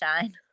shine